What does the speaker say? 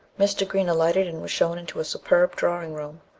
mr. green alighted and was shown into a superb drawing room,